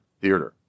theater